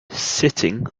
sitting